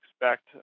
expect